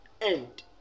end